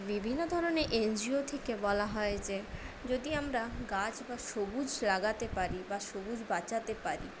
বিভিন্ন ধরনের এনজিও থেকে বলা হয় যে যদি আমরা গাছ বা সবুজ লাগাতে পারি বা সবুজ বাঁচাতে পারি